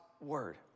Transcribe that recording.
word